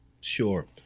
Sure